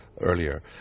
earlier